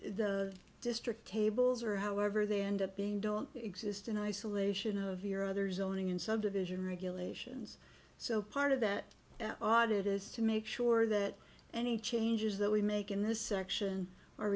the district tables or however they end up being don't exist in isolation of your other zoning and subdivision regulations so part of that odd it is to make sure that any changes that we make in this section